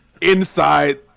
inside